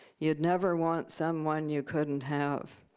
you'd never want someone you couldn't have